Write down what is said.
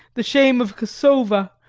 the shame of cassova,